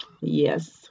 Yes